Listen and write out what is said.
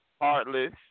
Heartless